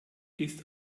ist